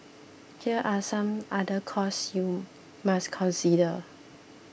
here are some other costs you must consider